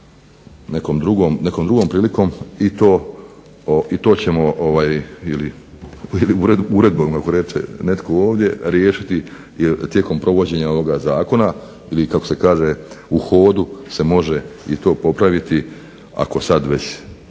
nekom drugom prilikom i to ćemo ili uredbom kako netko reče ovdje riješiti jer tijekom provođenja ovoga zakona ili kako se kaže u hodu se može i to popraviti ako sad već